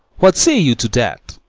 what say you to that?